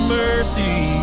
mercy